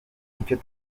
icyo